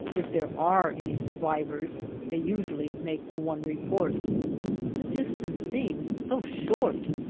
if there are any survivors they usually make the one report the dis tance seemed so short.